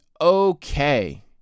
okay